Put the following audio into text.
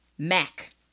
Mac